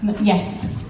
Yes